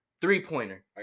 three-pointer